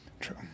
True